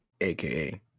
aka